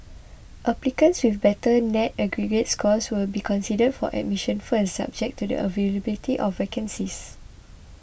applicants with better net aggregate scores will be considered for admission first subject to the availability of vacancies